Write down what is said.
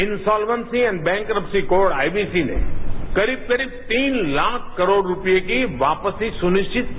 insolvency and bankruptcy code I B C ने करीब करीब तीन लाख करोड़ रूपए की वापसी सुनिश्चित की